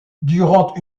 durant